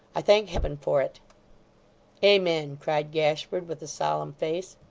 i thank heaven for it amen! cried gashford with a solemn face.